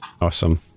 Awesome